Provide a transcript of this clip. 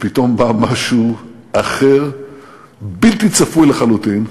ופתאום בא משהו אחר בלתי צפוי לחלוטין,